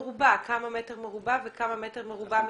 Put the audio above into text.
במטר מרובע, כמה מטר מרובע וכמה מטר מרובע מתוכו?